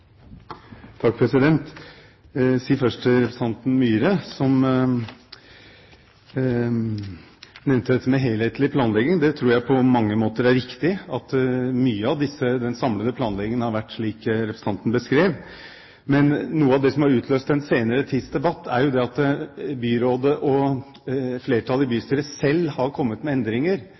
til representanten Myhre, som nevnte dette med helhetlig planlegging, at jeg tror det på mange måter er riktig at mye av denne samlede planleggingen har vært slik representanten beskrev. Men noe av det som har utløst den senere tids debatt, er at byrådet og flertallet i bystyret selv har kommet med endringer